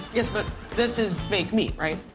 yes, but this is baked meat right?